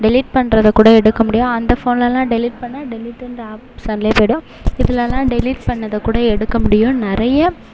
delete பண்ணுறத கூட எடுக்க முடியும் அந்த ஃபோன்லலாம் டெலிட் பண்ணால் டெலிட்ன்ற ஆப்ஷன்லேயே போய்டும் இதுலலாம் டெலிட் பண்ணதை கூட எடுக்க முடியும் நிறைய